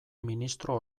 ministro